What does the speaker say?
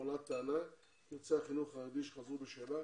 עולה טענה כי יוצאי החינוך החרדי שחזרו בשאלה